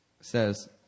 says